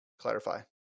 clarify